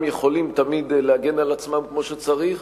יכולים תמיד להגן על עצמם כמו שצריך.